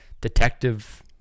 detective